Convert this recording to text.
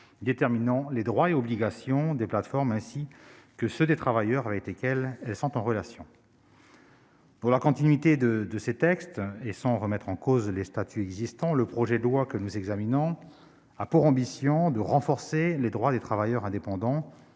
déterminant les droits et les obligations des plateformes, ainsi que ceux des travailleurs avec lesquels elles sont en relation. Dans la continuité de ces textes, et sans remettre en cause les statuts existants, le présent projet de loi a pour ambition de renforcer les droits des travailleurs indépendants,